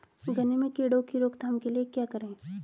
गन्ने में कीड़ों की रोक थाम के लिये क्या करें?